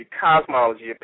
cosmology